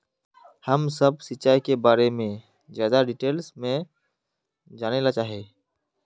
हम सब सिंचाई के बारे में ज्यादा डिटेल्स में जाने ला चाहे?